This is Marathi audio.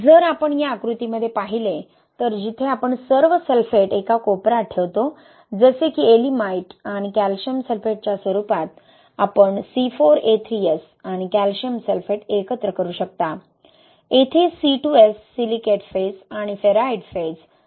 जर आपण या आकृतीमध्ये पाहिले तर जिथे आपण सर्व सल्फेट एका कोपऱ्यात ठेवतो जसे की येएलिमाइटYeelimiteआणि कॅल्शियम सल्फेटच्या स्वरूपात आपण C4A3S आणि कॅल्शियम सल्फेट एकत्र करू शकता येथे C2S सिलिकेट फेज आणि फेराइट फेज C4AF आहे